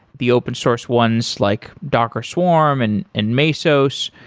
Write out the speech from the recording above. the open source ones like docker swarm and and mesos.